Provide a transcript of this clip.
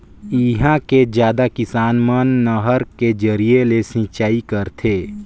इहां के जादा किसान मन नहर के जरिए ले सिंचई करथे